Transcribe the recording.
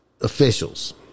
officials